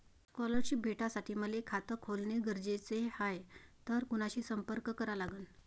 Scholarship भेटासाठी मले खात खोलने गरजेचे हाय तर कुणाशी संपर्क करा लागन?